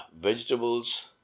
vegetables